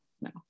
no